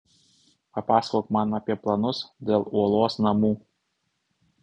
papasakok man apie planus dėl uolos namų